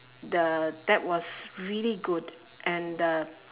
the that was really good and the